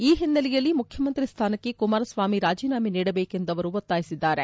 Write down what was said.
ಈ ಹಿನ್ನೆಲೆಯಲ್ಲಿ ಮುಖ್ಯಮಂತ್ರಿ ಸ್ಥಾನಕ್ಕೆ ಕುಮಾರಸ್ವಾಮಿ ಅವರು ರಾಜೀನಾಮೆ ನೀಡಬೇಕು ಎಂದು ಅವರು ಒತ್ತಾಯಿಸಿದ್ದಾರೆ